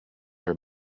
were